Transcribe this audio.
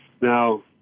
Now